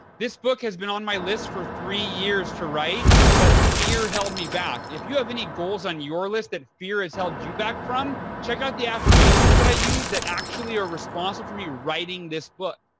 this book has been on my list for three years to write but fear held me back. if you have any goals on your list that fear has held you back from, check out the affirmation that i used that actually are responsible for me writing this book.